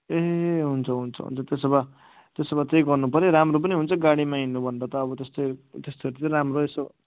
ए हुन्छ हुन्छ हुन्छ त्यसो भए त्यसो भए त्यही गर्नुपऱ्यो राम्रो पनि हुन्छ गाडीमा हिँड्नुभन्दा त अब त्यस्तै त्यस्तोहरूतिरै राम्रो यसो